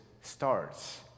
starts